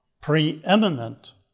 preeminent